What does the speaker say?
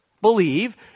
believe